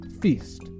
feast